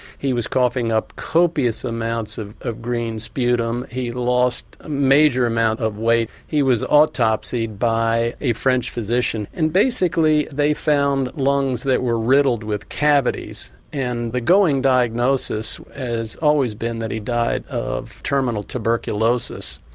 he was coughing up copious amounts of of green sputum, he lost a major amount of weight, he was autopsied by a french physician and basically they found lungs that were riddled with cavities. and the going diagnosis has always been that he died of terminal tuberculosis.